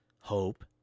hope